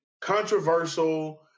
controversial –